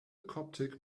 coptic